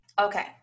Okay